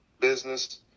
business